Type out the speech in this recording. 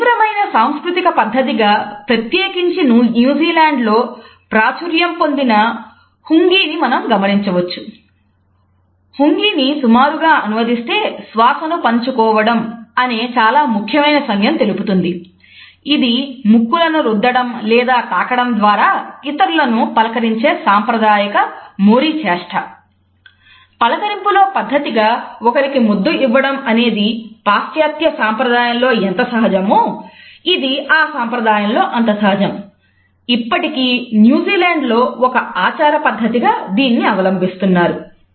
ఒక తీవ్రమైన సాంస్కృతిక పద్ధతిగా ప్రత్యేకించి న్యూజిలాండ్ లో ఒక ఆచార పద్ధతిగా దీన్ని అవలంబిస్తున్నారు